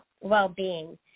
well-being